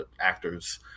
actors